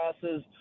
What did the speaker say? classes